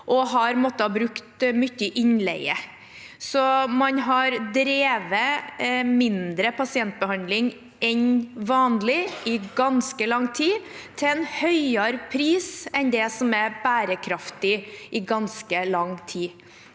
måttet bruke mye innleie. Så man har drevet mindre pasientbehandling enn vanlig i ganske lang tid, og til en høyere pris enn det som er bærekraftig. Jeg